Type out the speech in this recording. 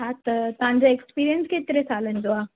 हा त तव्हांजो एक्सपीरिंयस केतिरे सालनि जो आहे